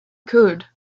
could